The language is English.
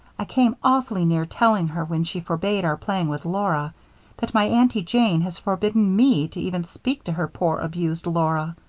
i came awfully near telling her when she forbade our playing with laura that my aunty jane has forbidden me to even speak to her poor abused laura.